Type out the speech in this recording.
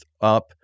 up